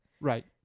Right